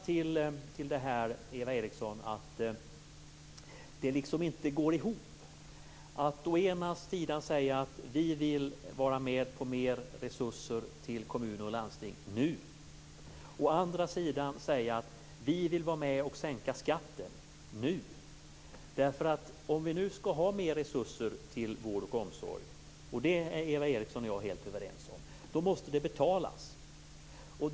Jag vill återkomma till att det inte går ihop att å ena sidan säga att ni vill ha mer resurser till kommuner och landsting nu, å andra sidan säga att ni vill att skatten skall sänkas nu. Om vi nu skall ha mer resurser till vård och omsorg, och det är Eva Eriksson och jag helt överens om, måste kostnaden för detta betalas.